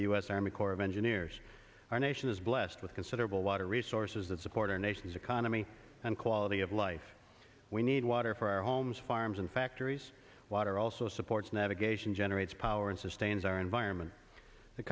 the u s army corps of engineers our nation is blessed with considerable water resources that support our nation's economy and quality of life we need water for our homes farms and factories water also supports navigation generates power and sustained our environment the